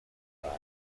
known